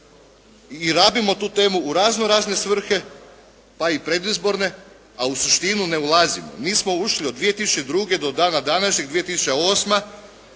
i radimo tu temu u raznorazne svrhe, pa i predizborne, a suštinu ne ulazimo. Nismo ušli od 2002. do dana današnjeg 2008.